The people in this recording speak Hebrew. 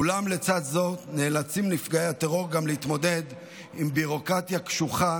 אולם לצד זאת נפגעי הטרור נאלצים להתמודד גם עם ביורוקרטיה קשוחה